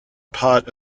part